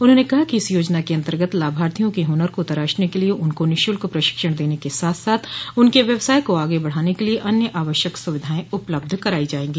उन्होंने कहा कि इस योजना के अन्तर्गत लाभार्थियों के हुनर को तराशने के लिए उनको निःशुल्क प्रशिक्षण देने के साथ साथ उनके व्यवसाय को आगे बढ़ाने के लिए अन्य आवश्यक सुविधायें उपलब्ध कराई जायेगी